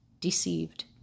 deceived